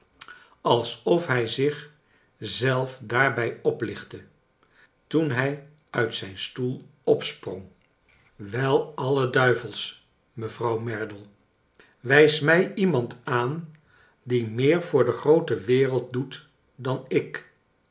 alsof hij zich zelf daarbij oplichtte toen hij nit zijn stoel opsprong wel alle duivels mevrouw merdle i wijs rnij iemand aan die meer voor de groote wereld doet dan ik